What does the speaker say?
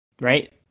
right